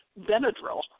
Benadryl